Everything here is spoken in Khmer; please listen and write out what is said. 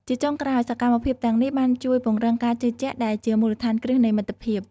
ជាចុងក្រោយ សកម្មភាពទាំងនេះបានជួយពង្រឹងការជឿជាក់ដែលជាមូលដ្ឋានគ្រឹះនៃមិត្តភាព។